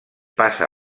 passa